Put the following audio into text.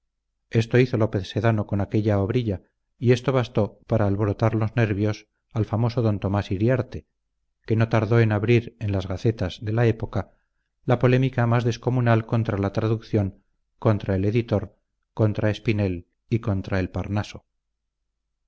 esto hizo lópez sedano con aquella obrilla y esto bastó para alborotar los nervios al famoso d tomás iriarte que no tardó en abrir en las gacetas de la época la polémica más descomunal contra la traducción contra el editor contra espinel y contra el